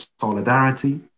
solidarity